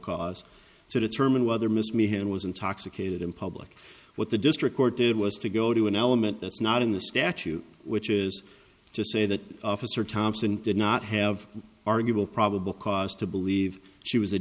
cause to determine whether miss me him was intoxicated in public what the district court did was to go to an element that's not in the statute which is to say that officer thompson did not have arguable probable cause to believe she was a